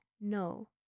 No